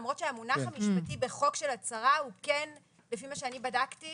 למרות שהמונח המשפטי בחוק של הצהרה הוא כן לפי מה שאני בדקתי